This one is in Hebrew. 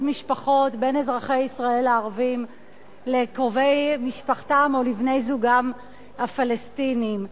משפחות בין אזרחי ישראל הערבים לקרובי משפחתם או לבני-זוגם הפלסטינים.